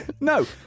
no